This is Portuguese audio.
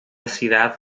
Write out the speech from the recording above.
cidade